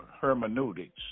hermeneutics